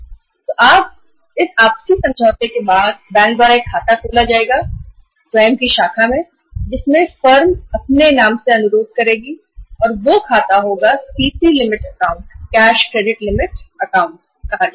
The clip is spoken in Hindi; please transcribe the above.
तो इस आपसी समझौते के बाद बैंक द्वारा स्वयं को शाखा में एक खाता खोला जाएगा जिसमें फर्म ने फर्म के नाम से अनुरोध किया है और इस खाते को सीसी लिमिट खाता या कैश क्रेडिट अकाउंट कहा जाता है